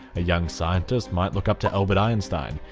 a young scientist might look up to albert einstein,